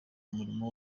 umuriro